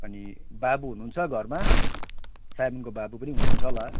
अनि बाबु हुनुहुन्छ घरमा साइमनको बाबु पनि हुनुहुन्छ होला